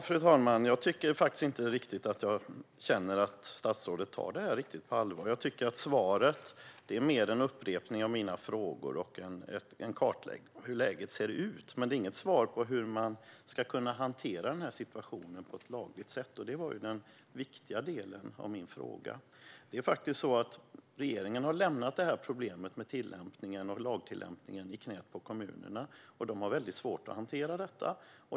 Fru talman! Jag tycker faktiskt inte att statsrådet tar detta riktigt på allvar. Svaret är mer en upprepning av mina frågor och en kartläggning av hur läget ser ut. Men det är inget svar på hur man ska kunna hantera denna situation på ett lagligt sätt, och det var den viktiga delen i min fråga. Regeringen har lämnat detta problem med lagtillämpningen i knät på kommunerna, som har mycket svårt att hantera detta.